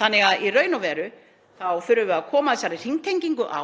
Þannig að í raun og veru þá þurfum við að koma þessari hringtengingu á.